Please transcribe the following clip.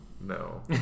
no